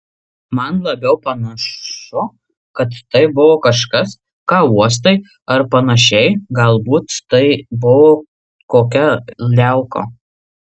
man labiau panašu kad tai buvo kažkas ką uostai ar panašiai galbūt tai buvo kokia liauka